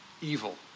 evil